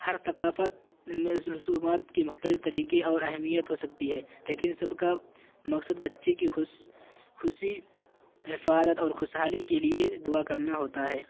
ہر ثقافت میں اس رسومات کے مختلف طریقے اور اہمیت ہو سکتی ہے لیکن سب کا مقصد بچے کی خوش خوشی حفاظت اور خوشحالی کے لیے دعا کرنا ہوتا ہے